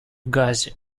газе